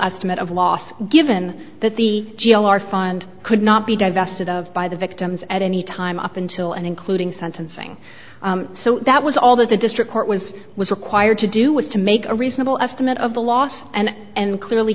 estimate of loss given that the g l are fund could not be divested of by the victims at any time up until and including sentencing so that was all that the district court was was required to do was to make a reasonable estimate of the loss and clearly